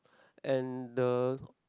and the